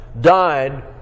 died